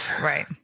Right